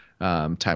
time